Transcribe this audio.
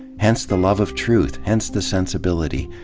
hence the love of truth, hence the sensibility,